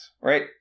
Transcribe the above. right